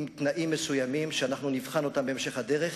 עם תנאים מסוימים, שנבחן אותם בהמשך הדרך.